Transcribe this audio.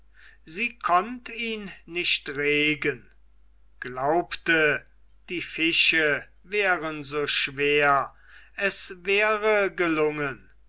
sie konnt ihn nicht regen glaubte die fische wären so schwer es wäre gelungen